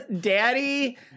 Daddy